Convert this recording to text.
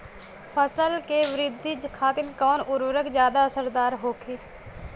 फसल के वृद्धि खातिन कवन उर्वरक ज्यादा असरदार होखि?